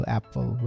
Apple